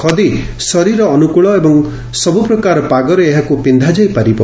ଖଦୀ ଶରୀର ଅନୁକୁଳ ଏବଂ ସବୁ ପ୍ରକାର ପାଗରେ ଏହାକୁ ପିନ୍ଧାଯାଇ ପାରିବ